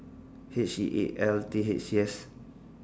H E A L T H yes